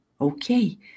Okay